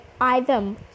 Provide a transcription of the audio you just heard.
item